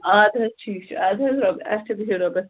اَدٕ حظ ٹھیٖک چھُ اَدٕ حظ رۅبس اچھا بِہِو رۅبس